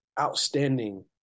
outstanding